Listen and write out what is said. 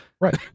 Right